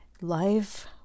life